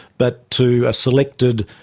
but to a selected